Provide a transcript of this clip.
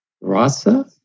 rasa